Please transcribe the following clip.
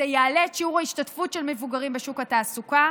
זה יעלה את שיעור ההשתתפות של מבוגרים בשוק התעסוקה,